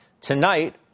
tonight